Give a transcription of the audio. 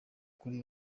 kuri